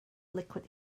liquid